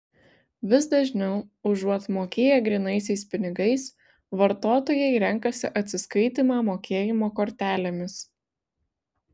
vis dažniau užuot mokėję grynaisiais pinigais vartotojai renkasi atsiskaitymą mokėjimo kortelėmis